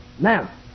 Now